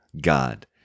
God